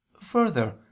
Further